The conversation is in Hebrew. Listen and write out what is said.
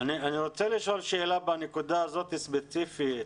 אני רוצה לשאול שאלה בנקודה הזאת ספציפית,